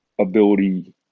ability